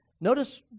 Notice